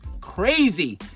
crazy